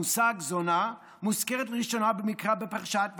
המושג "זונה" מוזכר לראשונה במקרא בפרשת וישלח.